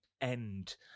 end